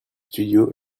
studio